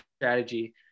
strategy